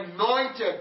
anointed